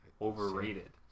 overrated